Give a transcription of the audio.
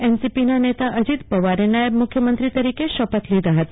એનસીપીના નેતા અજીત પવારે નાયબ મુખ્યમંત્રી તરીકે શપથ લીધા હતા